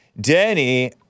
Denny